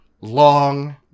long